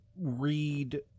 read